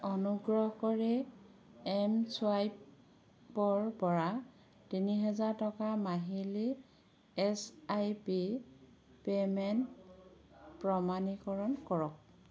অনুগ্ৰহ কৰি এম চোৱাইপৰপৰা তিনিহাজাৰ টকাৰ মাহিলী এছ আই পি পে'মেণ্ট প্ৰমাণীকৰণ কৰক